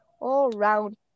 All-round